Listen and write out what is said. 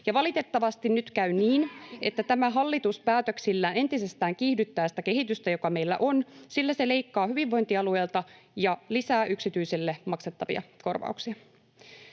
valitettavasti nyt käy niin, että tämä hallitus päätöksillään entisestään kiihdyttää sitä kehitystä, joka meillä on, sillä se leikkaa hyvinvointialueilta ja lisää yksityiselle maksettavia korvauksia.